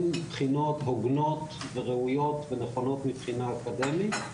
בחינות הוגנות וראויות ונכונות מבחינה אקדמית,